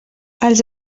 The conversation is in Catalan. els